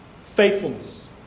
faithfulness